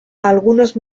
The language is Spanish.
algunos